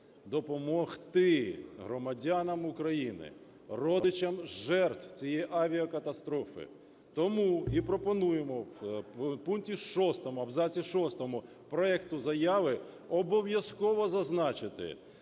допомогти громадянам України, родичам жертв цієї авіакатастрофи. Тому і пропонуємо в пункті 6 абзаці 6 проекту заяви обов'язково зазначити,